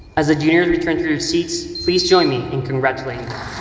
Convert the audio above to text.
as the juniors return to their seats, please join me in congratulating